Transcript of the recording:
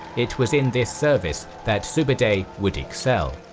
it was in this service that sube'etei would excel.